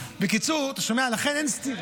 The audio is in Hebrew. בקיצור, אתה שומע, לכן אין סתירה.